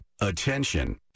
Attention